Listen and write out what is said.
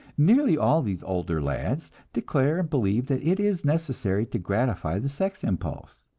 nearly all these older lads declare and believe that it is necessary to gratify the sex impulse,